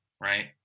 right